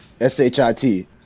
S-H-I-T